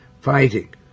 fighting